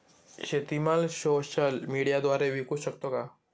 शेतीमाल सोशल मीडियाद्वारे विकू शकतो का?